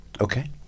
Okay